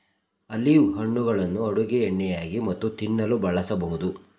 olive ಹಣ್ಣುಗಳನ್ನು ಅಡುಗೆ ಎಣ್ಣೆಯಾಗಿ ಮತ್ತು ತಿನ್ನಲು ಬಳಸಬೋದು